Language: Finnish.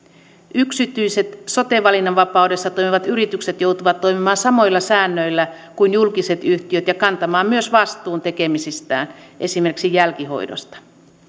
yksityiset sote valinnanvapaudessa toimivat yritykset joutuvat toimimaan samoilla säännöillä kuin julkiset yhtiöt ja kantamaan myös vastuun tekemisistään esimerkiksi jälkihoidosta